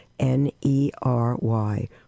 N-E-R-Y